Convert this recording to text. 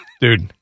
Dude